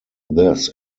this